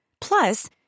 Plus